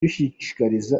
dushishikariza